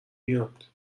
میاد